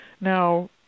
Now